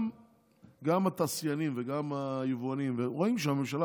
גם התעשיינים וגם היבואנים רואים שהממשלה